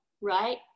right